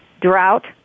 drought